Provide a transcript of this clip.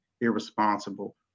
irresponsible